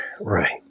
Right